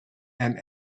and